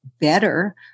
better